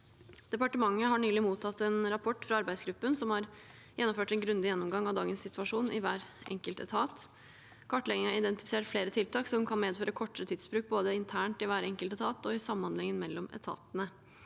Departementet har nylig mottatt en rapport fra arbeidsgruppen, som har gjennomført en grundig gjennomgang av dagens situasjon i hver enkelt etat. Kartleggingen har identifisert flere tiltak som kan medføre kortere tidsbruk, både internt i hver enkelt etat og i samhandlingen mellom etatene.